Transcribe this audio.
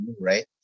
right